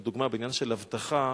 לדוגמה, בעניין של אבטחה.